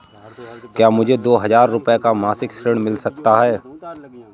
क्या मुझे दो हजार रूपए का मासिक ऋण मिल सकता है?